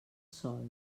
sol